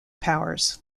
powers